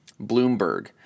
Bloomberg